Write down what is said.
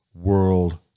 world